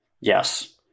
Yes